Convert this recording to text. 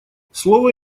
слово